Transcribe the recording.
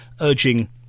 urging